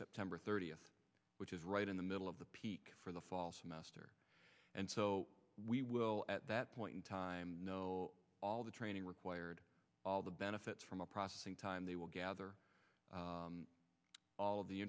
september thirtieth which is right in the middle of the peak for the fall semester and so we will at that point in time know all the training required all the benefits from a processing time they will gather all